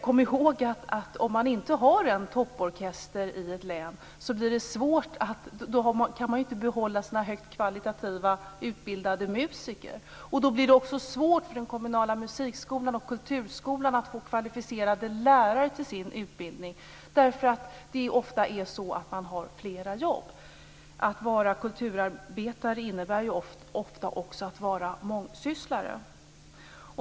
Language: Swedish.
Om man inte har en topporkester i ett län kan man heller inte behålla sina kvalitativt högutbildade musiker. Då blir det också svårt för den kommunala musikskolan och kulturskolan att få kvalificerade lärare till sin utbildning, eftersom dessa musiker ofta har flera jobb. Att vara kulturarbetare innebär ju ofta också att vara mångsysslare.